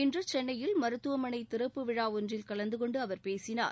இன்று சென்னையில் மருத்துவமனை திறப்பு விழா ஒன்றில் கலந்து கொண்டு அவர் பேசினார்